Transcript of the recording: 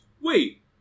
wait